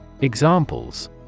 Examples